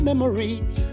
Memories